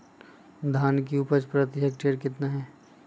धान की उपज प्रति हेक्टेयर कितना है?